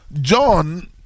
John